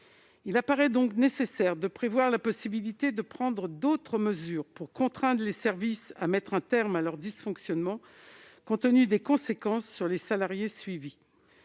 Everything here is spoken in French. Il paraît donc nécessaire de prévoir la possibilité de prendre d'autres mesures afin de contraindre les services à mettre un terme à leurs dysfonctionnements, compte tenu des conséquences que ceux-ci ont sur les salariés suivis.